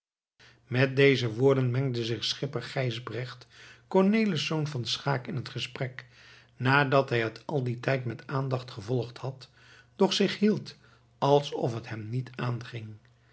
met deze woorden mengde zich schipper gijsbert cornelisz van schaeck in het gesprek nadat hij het al dien tijd met aandacht gevolgd had doch zich hield alsof het hem niet aanging